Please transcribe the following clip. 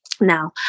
now